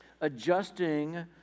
adjusting